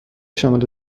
شامل